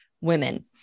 women